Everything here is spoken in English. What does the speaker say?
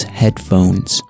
headphones